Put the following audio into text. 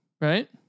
right